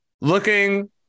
Looking